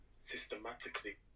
systematically